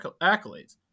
accolades